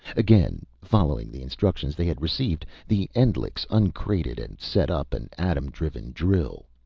again, following the instructions they had received, the endlichs uncrated and set up an atom-driven drill.